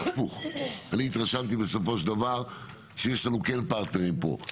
הפוך אני התרשמתי בסופו של דבר שכן יש לנו פרטנרים פה.